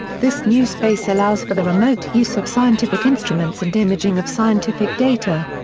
this new space allows for the remote use of scientific instruments and imaging of scientific data.